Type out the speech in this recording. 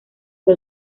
que